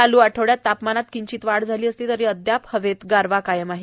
चालू आठवड्यात तापमानात किंचित वाढ झाली असली तरी अद्याप हवेत गारवा कायम आहे